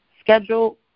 schedule